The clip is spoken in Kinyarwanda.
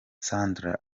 sandra